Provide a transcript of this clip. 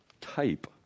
type